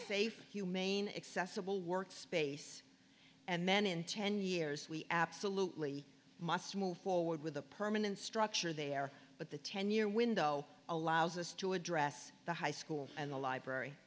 fav humane accessible work space and then in ten years we absolutely must move forward with a permanent structure there but the ten year window allows us to address the high school and the library